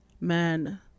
man